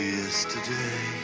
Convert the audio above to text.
yesterday